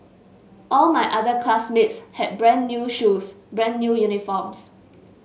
all my other classmates had brand new shoes brand new uniforms